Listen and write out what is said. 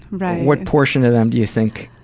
right. what portion of them, do you think?